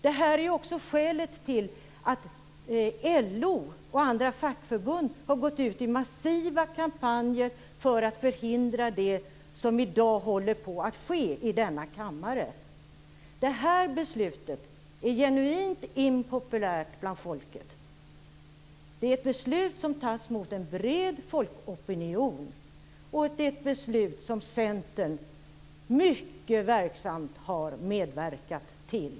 Detta är också skälet till att LO och andra fackförbund har gått ut i massiva kampanjer för att förhindra det som i dag håller på att ske i denna kammare. Det här beslutet är genuint impopulärt bland folket. Det är ett beslut som tas mot en bred folkopinion, och det är ett beslut som Centern mycket verksamt har bidragit till.